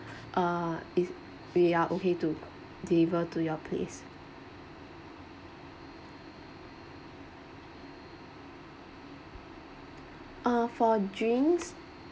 uh it's we are okay to deliver to your place uh for drinks